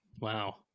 Wow